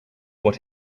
what